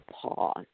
pause